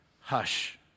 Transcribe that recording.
hush